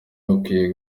bakwiye